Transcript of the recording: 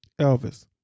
elvis